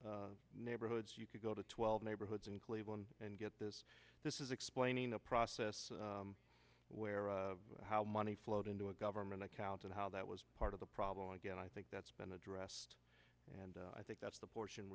isolated neighborhoods you can go to twelve neighborhoods in cleveland and get this this is explaining a process where how money flowed into a government account and how that was part of the problem again i think that's been addressed and i think that's the portion